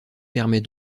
permet